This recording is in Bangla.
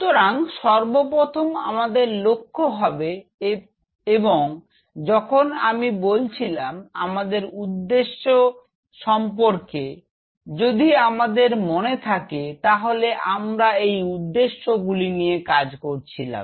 সুতরাং সর্বপ্রথম আমাদের লক্ষ্য হবে এবং যখন আমি বলছিলাম আমাদের উদ্দেশ্য সম্পর্কে যদি আমাদের মনে থাকে তাহলে আমরা এই উদ্দেশ্যগুলি নিয়েই কাজ করছিলাম